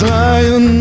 lying